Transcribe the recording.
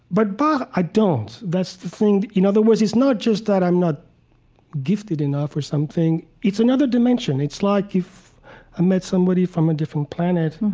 but bach, but i don't. that's the thing. in other words, it's not just that i'm not gifted enough or something, it's another dimension. it's like if i met somebody from a different planet,